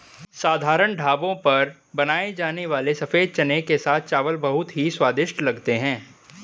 साधारण ढाबों पर बनाए जाने वाले सफेद चने के साथ चावल बहुत ही स्वादिष्ट लगते हैं